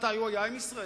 מתי הוא היה עם ישראל,